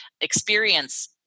experience